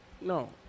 No